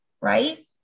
right